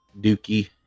Dookie